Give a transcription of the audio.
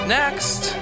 next